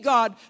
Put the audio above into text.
God